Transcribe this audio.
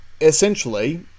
Essentially